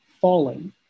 falling